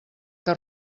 que